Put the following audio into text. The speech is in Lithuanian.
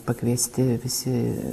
pakviesti visi